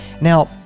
Now